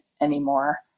anymore